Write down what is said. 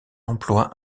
emploi